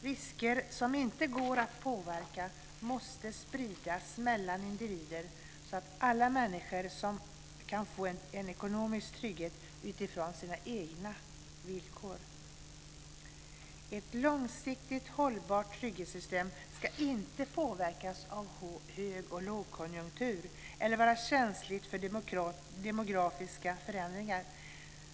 Risker som inte går att påverka måste spridas mellan individer så att alla människor kan få en ekonomisk trygghet utifrån sina egna villkor. Ett långsiktigt hållbart trygghetssystem ska inte påverkas av hög eller lågkonjunktur eller vara känsligt för demografiska förändringar.